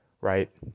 Right